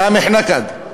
סאמח נקד.